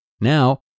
Now